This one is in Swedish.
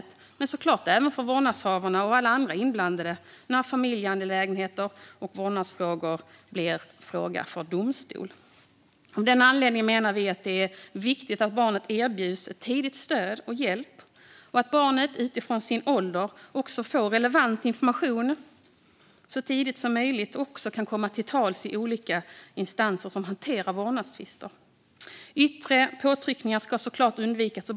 Det är dock såklart slitsamt även för vårdnadshavarna och alla andra inblandade när familjeangelägenheter och vårdnadsfrågor blir frågor för en domstol. Av den anledningen menar vi att det är viktigt att barnet tidigt erbjuds stöd och hjälp samt att barnet utifrån sin ålder får relevant information så tidigt som möjligt och kan komma till tals i olika instanser som hanterar vårdnadstvister. Yttre påtryckningar ska såklart undvikas.